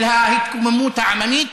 של ההתקוממות העממית,